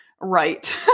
right